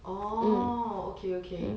oh okay okay